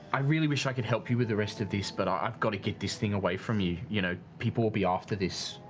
i really wish i could help you with the rest of this, but i've got to get this thing away from you, you know? people will be after this,